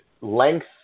length